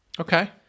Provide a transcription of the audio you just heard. Okay